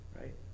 right